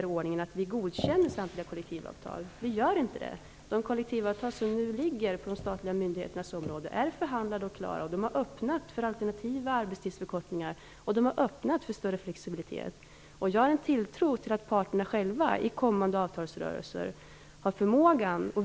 Är det inte så, beklagar jag det verkligen. Arbetstidsförkortningen är verkligen ingen ny fråga.